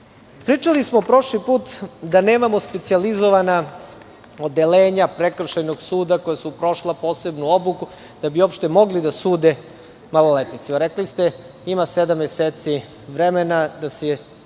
izriče. Pričali smo prošli put da nemamo specijalizovana odeljenja prekršajnog suda koja su prošla posebnu obuku da bi uopšte mogli da sude maloletnicima. Rekli ste – ima sedam meseci vremena da se